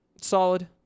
Solid